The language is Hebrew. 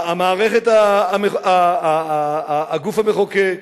הגוף המחוקק,